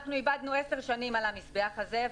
אנחנו אבדנו 10 שנים על המזבח הזה.